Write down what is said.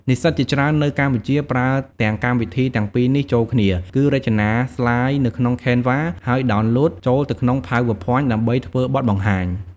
និស្សិតជាច្រើននៅកម្ពុជាប្រើទាំងកម្មវិធីទាំងពីរនេះចូលគ្នា គឺរចនាស្លាយនៅក្នុង Canva ហើយដោនឡូតចូលទៅក្នុង PowerPoint ដើម្បីធ្វើបទបង្ហាញ។